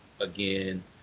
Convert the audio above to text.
again